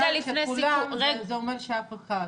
כולם, זה אומר שאף אחד.